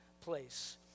place